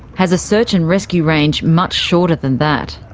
has a search and rescue range much shorter than that.